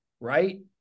right